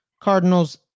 Cardinals